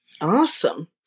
Awesome